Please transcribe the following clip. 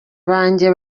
banjye